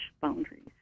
boundaries